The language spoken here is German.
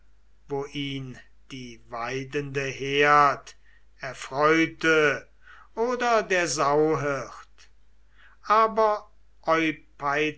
wo ihn die weidende herd erfreute oder der sauhirt